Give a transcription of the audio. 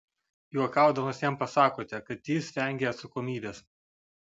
juokaudamas jam pasakote kad jis vengia atsakomybės